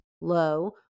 low